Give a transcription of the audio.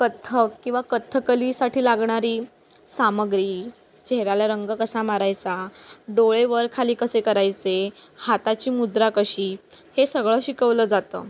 कथ्थक किंवा कथकलीसाठी लागणारी सामग्री चेहऱ्याला रंग कसा मारायचा डोळे वर खाली कसे करायचे हाताची मुद्रा कशी हे सगळं शिकवलं जातं